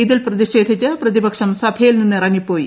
ഇതിൽ പ്രതിഷേധിച്ച് പ്രതിപക്ഷം സഭയിൽ നിന്നിറങ്ങിപ്പോയി